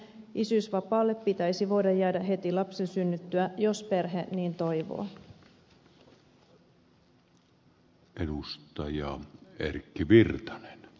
isyysvapaalle pitäisi voida jäädä heti lapsen synnyttyä jos perhe niin toivoo